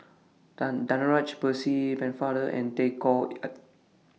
Danaraj Percy Pennefather and Tay Koh Yat